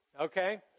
Okay